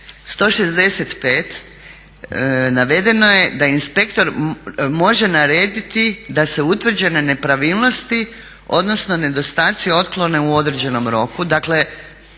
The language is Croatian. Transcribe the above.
165. navedeno je da inspektor može narediti da se utvrđene nepravilnosti odnosno nedostaci otklone u određenom roku.